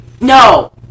No